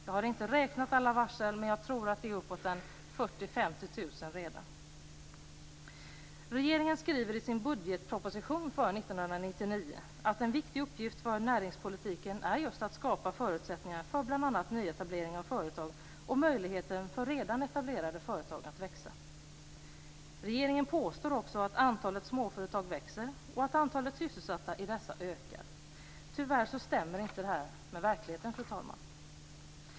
Jag har inte räknat alla varsel, men jag tror att det är uppemot 1999 att en viktig uppgift för näringspolitiken är just att skapa förutsättningar för bl.a. nyetablering av företag och möjligheter för redan etablerade företag att växa. Regeringen påstår också att antalet småföretag växer och att antalet sysselsatta i dessa ökar. Tyvärr stämmer inte detta med verkligheten, fru talman.